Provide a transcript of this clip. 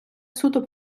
суто